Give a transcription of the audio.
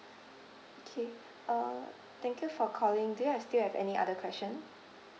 okay uh thank you for calling do you have still have any other question